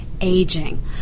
aging